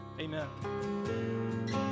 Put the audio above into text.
Amen